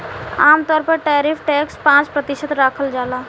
आमतौर पर tariff tax पाँच प्रतिशत राखल जाला